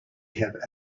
have